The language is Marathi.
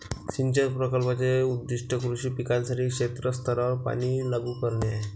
सिंचन प्रकल्पाचे उद्दीष्ट कृषी पिकांसाठी क्षेत्र स्तरावर पाणी लागू करणे आहे